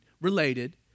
related